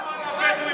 כמה לבדואים בדרום?